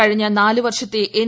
കഴിഞ്ഞ നാല് വർഷത്തെ എൻ